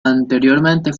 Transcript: anteriormente